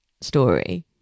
story